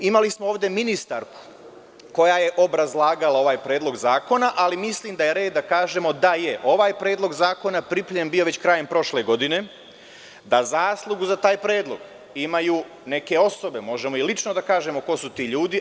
Imali smo ovde ministarku koja je obrazlagala ovaj predlog zakona, ali mislim da je red da kažemo da je ovaj predlog zakona pripremljen već bio krajem prošle godine, da zaslugu za taj predlog imaju neke osobe, možemo i lično da kažemo ko su ti ljudi.